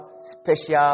special